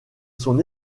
son